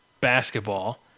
basketball